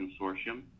Consortium